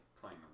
playing